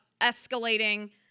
escalating